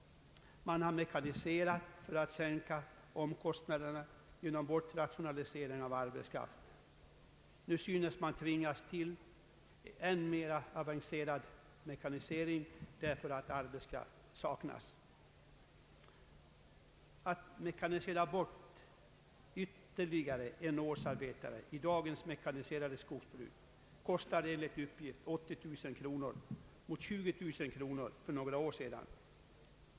Man har mekaniserat för att sänka omkostnaderna genom bortrationalisering av arbetskraft. Nu synes man tvingas till än mer avancerad mekanisering därför att arbetskraft saknas. Att mekanisera bort ytterligare en årsarbetare i dagens mekaniserade skogsbruk kostar enligt uppgift 80 000 kronor mot 20 000 kronor för några år sedan.